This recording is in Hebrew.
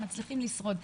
הם מצליחים לשרוד.